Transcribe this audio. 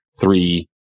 three